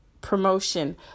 promotion